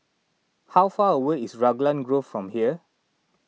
how far away is Raglan Grove from here